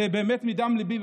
זה באמת מדם ליבי,